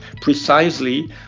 precisely